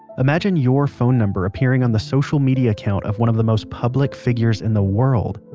imagine your phone number appearing on the social media account of one of the most public figures in the world,